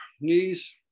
knees